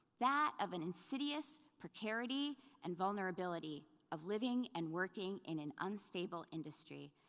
that of an insidious precarity and vulnerability of living and working in an unstable industry,